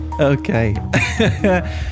Okay